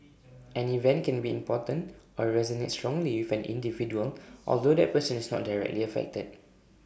an event can be important or resonate strongly with an individual although that person is not directly affected